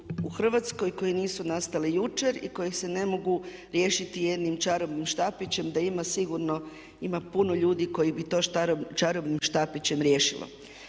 u Hrvatskoj, koji nisu nastali jučer i koji se ne mogu riješiti jednim čarobnim štapićem da ima sigurno, ima puno ljudi koji bi to čarobnim štapićem riješilo.